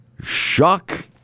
Shock